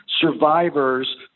survivors